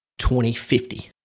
2050